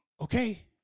okay